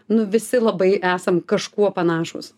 nu visi labai esam kažkuo panašūs